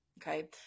okay